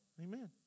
Amen